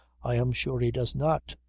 i am sure he does not.